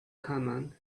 common